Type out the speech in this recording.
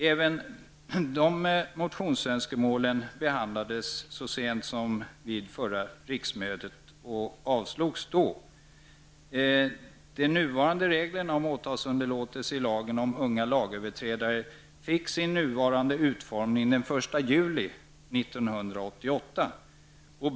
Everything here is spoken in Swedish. Även dessa motionsönskemål behandlades så sent som vid förra riksmötet och avslogs då. De nuvarande reglerna om åtalsunderlåtelse i lagen om unga lagöverträdare fick sin nuvarande utformning den 1 juli 1988.